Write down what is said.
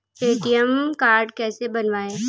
ATM card कैसे बनवाएँ?